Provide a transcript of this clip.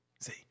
See